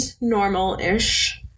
normal-ish